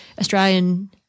Australian